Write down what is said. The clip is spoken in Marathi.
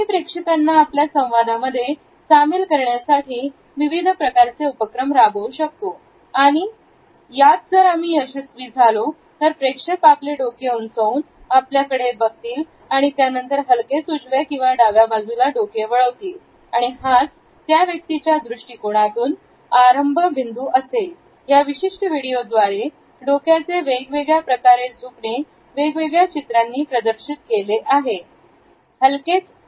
आणि म्हणूनच व्यावसायिक प्रशिक्षकांना नेहमीच जे लोकं डोके खालच्या दिशेला वळून बसतात किंवा हाताची घडी घालून बसतात अशां चा सामना करावा लागतो म्हणून जे लोक प्रशिक्षित आहेत अनुभवी आहेत असे लोक सर्वप्रथम प्रेक्षकांना विशिष्ट कृती करून त्यांच्या संवादांमध्ये किंवा व्यावसायिक चर्चेमध्ये किंवा सादरीकरणामध्ये त्यांना सहभागी करून घेतात